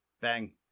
bang